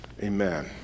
Amen